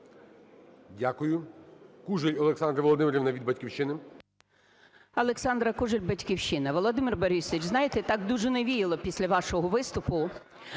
Дякую. Кужель Олександра Володимирівна від "Батьківщини".